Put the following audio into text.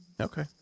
Okay